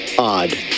Odd